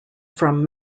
from